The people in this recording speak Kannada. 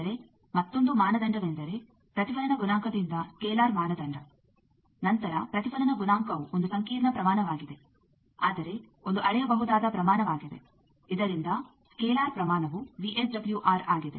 ಆದರೆ ಮತ್ತೊಂದು ಮಾನದಂಡವೆಂದರೆ ಪ್ರತಿಫಲನ ಗುಣಾಂಕದಿಂದ ಸ್ಕೇಲಾರ್ ಮಾನದಂಡ ನಂತರ ಪ್ರತಿಫಲನ ಗುಣಾಂಕವು ಒಂದು ಸಂಕೀರ್ಣ ಪ್ರಮಾಣವಾಗಿದೆ ಆದರೆ ಒಂದು ಅಳೆಯಬಹುದಾದ ಪ್ರಮಾಣವಾಗಿದೆ ಇದರಿಂದ ಸ್ಕೇಲಾರ್ ಪ್ರಮಾಣವು ವಿಎಸ್ಡಬ್ಲ್ಯೂಆರ್ ಆಗಿದೆ